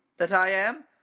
that i am?